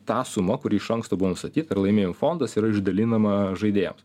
ta suma kuri iš anksto buvo nustatyta ir laimėjimų fondas yra išdalinama žaidėjams